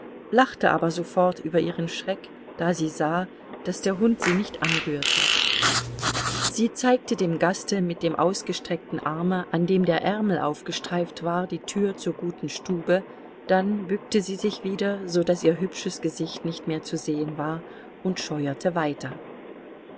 lachte aber sofort über ihren schreck da sie sah daß der hund sie nicht anrührte sie zeigte dem gaste mit dem ausgestreckten arme an dem der ärmel aufgestreift war die tür zur guten stube dann bückte sie sich wieder so daß ihr hübsches gesicht nicht mehr zu sehen war und scheuerte weiter